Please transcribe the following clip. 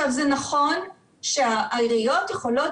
זה נכון שהעיריות יכולות,